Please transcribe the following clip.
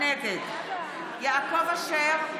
נגד יעקב אשר,